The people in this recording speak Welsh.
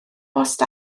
bost